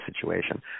situation